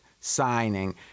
signing